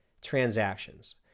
transactions